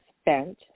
spent